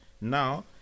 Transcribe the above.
now